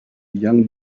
young